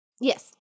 Yes